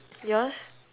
yours